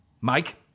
Mike